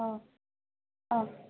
অঁ অঁ